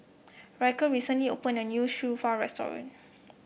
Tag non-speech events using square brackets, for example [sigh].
Ryker recently opened a new [unintelligible] restaurant